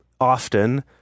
often